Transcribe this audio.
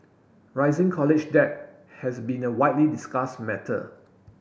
rising college debt has been a widely discuss matter